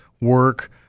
work